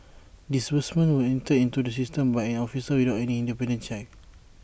disbursements were entered into the system by an officer without any independent checks